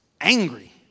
angry